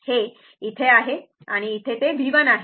हे येथे आहे आणि येथे ते V1 आहे